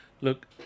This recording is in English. Look